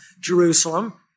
Jerusalem